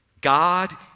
God